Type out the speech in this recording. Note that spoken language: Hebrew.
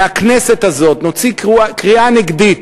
מהכנסת הזאת נוציא קריאה נגדית,